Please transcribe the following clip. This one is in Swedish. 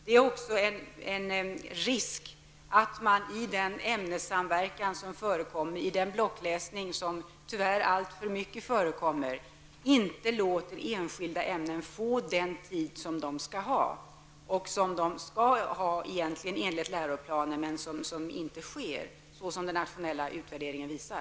Det finns också en risk att man i den ämnessamverkan som förekommer, i den blockläsning som tyvärr i alltför hög grad förekommer, inte låter enskilda ämnen få den tid som de enligt läroplanen skall ha men som de inte får, vilket den nationella utvärderingen visar.